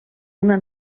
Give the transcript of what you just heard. una